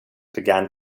began